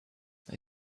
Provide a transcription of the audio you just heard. they